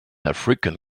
african